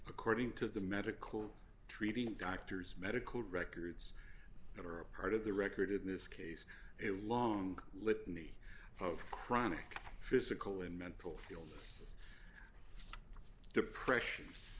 according to the medical treating doctors medical records are a part of the record in this case it long litany of chronic physical and mental field depression